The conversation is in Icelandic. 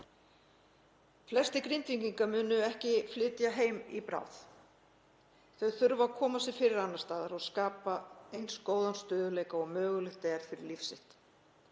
Flestir Grindvíkinga munu ekki flytja heim í bráð. Þau þurfa að koma sér fyrir annars staðar og skapa eins góðan stöðugleika og mögulegt er fyrir líf sitt.